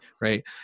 right